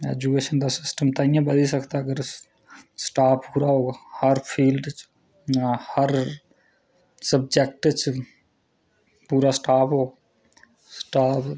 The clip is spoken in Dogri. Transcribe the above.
ऐजुकेशन दा सिटम ताईंआ बधी सकदा जे स्टाफ पूरा होग हर फील्ड च हर सबजैक्ट च पूरा स्टाफ होग